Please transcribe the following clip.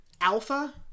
Alpha